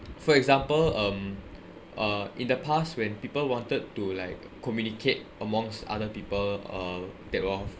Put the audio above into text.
for example um uh in the past when people wanted to like communicate amongst other people uh that